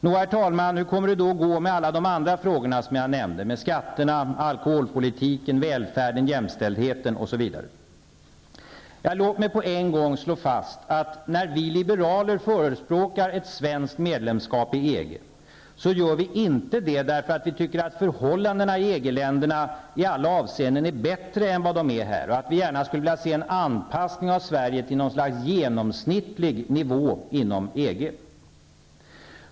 Nå, herr talman, hur kommer det då att gå med alla de andra frågorna som jag nämnde -- med skatterna, alkoholpolitiken, välfärden, jämställdheten osv.? Låt mig på en gång slå fast att när vi liberaler förespråkar ett svenskt medlemskap i EG så gör vi inte det därför att vi tycker att förhållandena i EG-länderna i alla avseenden är bättre än vad de är här och därför att vi gärna skulle vilja se en anpassning av Sverige till något slags genomsnittlig nivå inom EG.